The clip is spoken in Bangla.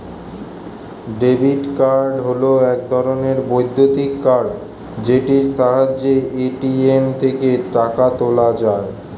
ডেবিট্ কার্ড হল এক ধরণের বৈদ্যুতিক কার্ড যেটির সাহায্যে এ.টি.এম থেকে টাকা তোলা যায়